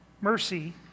Mercy